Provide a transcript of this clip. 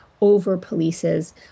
over-polices